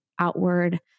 Outward